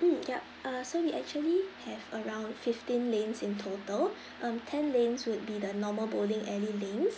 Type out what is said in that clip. mm yup uh so we actually have around fifteen lanes in total um ten lanes would be the normal bowling alley lanes